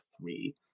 three